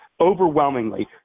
overwhelmingly